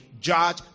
judge